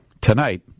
Tonight